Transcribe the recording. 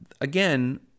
again